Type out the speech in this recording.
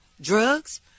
drugs